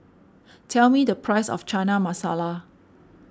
tell me the price of Chana Masala